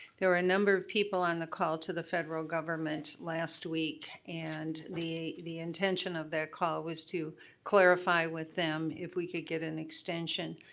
there are a number of people on the call to the federal government last week, and the the intention of that call was to clarify with them if we could get an extension.